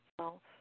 self